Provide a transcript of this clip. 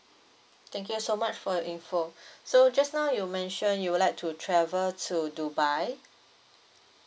thank you so much for your info so just now you mentioned you would like to travel to dubai